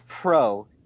pro